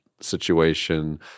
situation